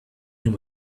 him